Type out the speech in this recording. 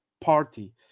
party